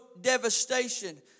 devastation